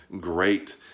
great